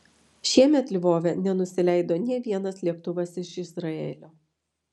šiemet lvove nenusileido nė vienas lėktuvas iš izraelio